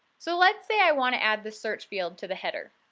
so let's say i want to add the search field to the header